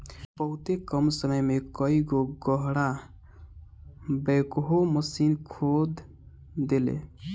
बहुते कम समय में कई गो गड़हा बैकहो माशीन खोद देले